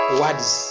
words